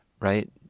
right